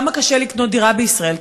כמה קשה לקנות דירה בישראל,